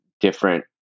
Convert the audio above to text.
different